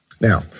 Now